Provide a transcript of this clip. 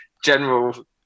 general